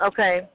Okay